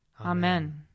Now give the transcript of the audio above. Amen